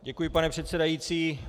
Děkuji, pane předsedající.